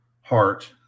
heart